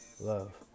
Love